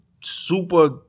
super